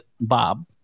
Bob